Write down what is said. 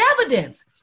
evidence